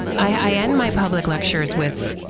and i end my public lectures with,